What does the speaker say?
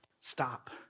Stop